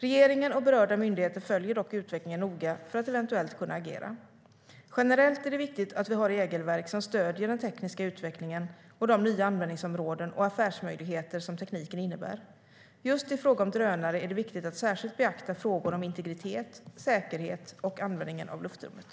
Regeringen och berörda myndigheter följer dock utvecklingen noga för att eventuellt kunna agera. Generellt är det viktigt att vi har regelverk som stöder den tekniska utvecklingen och de nya användningsområden och affärsmöjligheter som tekniken innebär. Just i fråga om drönare är det viktigt att särskilt beakta frågor om integritet, säkerhet och användningen av luftrummet.